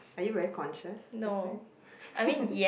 are you very conscious sometimes